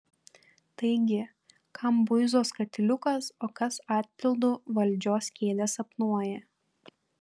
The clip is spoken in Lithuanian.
taigi kam buizos katiliukas o kas atpildu valdžios kėdę sapnuoja